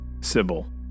Sybil